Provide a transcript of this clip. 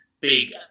big